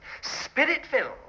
spirit-filled